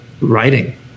writing